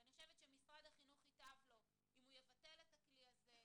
ואני חושבת שייטב למשרד החינוך אם הוא יבטל את הכלי הזה,